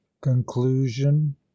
Conclusion